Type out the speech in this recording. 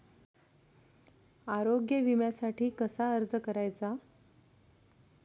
आरोग्य विम्यासाठी कसा अर्ज करायचा?